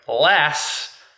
Less